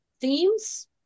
themes